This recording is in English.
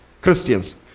Christians